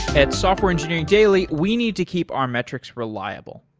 at software engineering daily, we need to keep our metrics reliable.